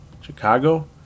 Chicago